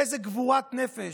באיזו גבורת נפש,